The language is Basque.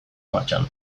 martxan